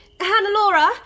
Hannah-Laura